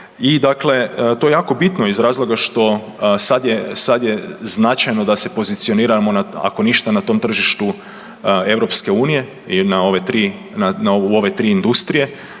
Rimac. I to je jako bitno iz razloga što sad je značajno da se pozicioniramo ako ništa na tom tržištu EU u ove tri industrije